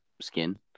skin